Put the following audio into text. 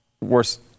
Worse